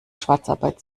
schwarzarbeit